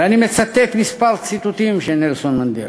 ואני מביא כמה ציטוטים מדברי נלסון מנדלה.